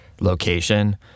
location—